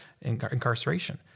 incarceration